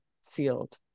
sealed